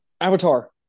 Avatar